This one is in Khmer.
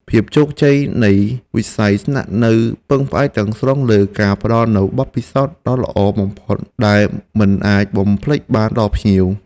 ភាពជោគជ័យនៃវិស័យស្នាក់នៅពឹងផ្អែកទាំងស្រុងលើការផ្តល់នូវបទពិសោធន៍ដ៏ល្អបំផុតដែលមិនអាចបំភ្លេចបានដល់ភ្ញៀវ។